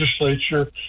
legislature